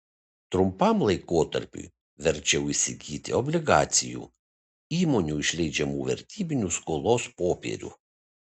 trumpam laikotarpiui verčiau įsigyti obligacijų įmonių išleidžiamų vertybinių skolos popierių